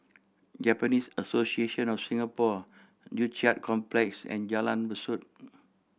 Japanese Association of Singapore Joo Chiat Complex and Jalan Besut